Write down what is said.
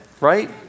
Right